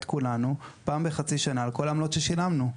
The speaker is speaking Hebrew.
כולנו פעם בחצי שנה על כל העמלות ששילמנו.